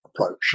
approach